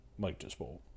motorsport